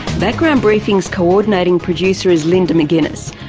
background briefing's coordinating producer is linda mcginness,